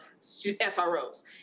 SROs